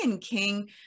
King